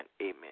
Amen